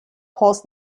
post